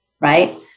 right